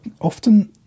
often